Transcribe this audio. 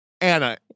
Anna